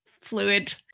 fluid